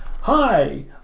Hi